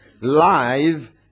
live